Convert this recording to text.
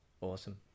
awesome